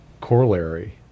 corollary